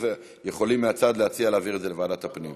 יכולים מהצד להציע להעביר את זה לוועדת הפנים.